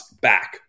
back